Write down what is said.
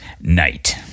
Night